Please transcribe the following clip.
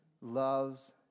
loves